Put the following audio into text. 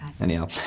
Anyhow